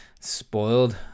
spoiled